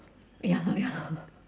ya lor ya lor